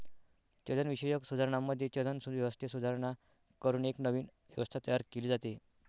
चलनविषयक सुधारणांमध्ये, चलन व्यवस्थेत सुधारणा करून एक नवीन व्यवस्था तयार केली जाते